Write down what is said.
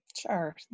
Sure